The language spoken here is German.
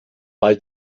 weil